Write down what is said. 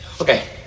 okay